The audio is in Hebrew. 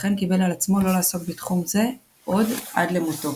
לכן קיבל על עצמו לא לעסוק בתחום זה עוד עד למותו.